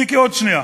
מיקי, עוד שנייה.